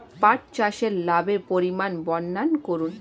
পাঠ চাষের লাভের পরিমান বর্ননা করুন?